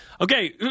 Okay